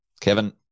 kevin